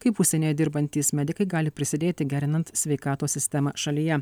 kaip užsienyje dirbantys medikai gali prisidėti gerinant sveikatos sistemą šalyje